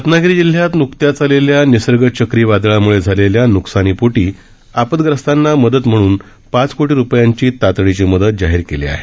रत्नागिरी जिल्ह्यात न्कत्याच आलेल्या निसर्ग चक्रीवादळाम्ळे झालेल्या न्कसानीपोटी आपद्ग्रस्तांना मदत म्हणून पाच कोटी रूपयांची तातडीची मदत जाहीर करण्यात आली आहे